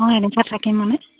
অঁ এনিশা থাকিম মানে